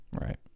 Right